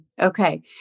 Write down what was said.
okay